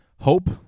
hope